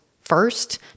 first